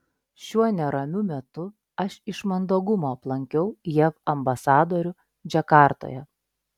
šiuo neramiu metu aš iš mandagumo aplankiau jav ambasadorių džakartoje